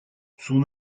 son